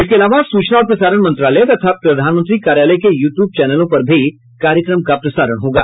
इसके अलावा सूचना और प्रसारण मंत्रालय तथा प्रधानमंत्री कार्यालय के यू ट्यूब चैनलों पर भी कार्यक्रम का प्रसारण होगा